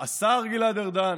השר גלעד ארדן,